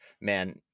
Man